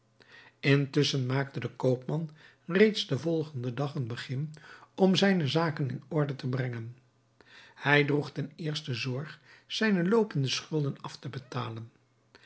intusschen maakte de koopman reeds den volgenden dag een begin om zijne zaken in orde te brengen hij droeg ten eerste zorg zijne loopende schulden af te betalen